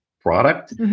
product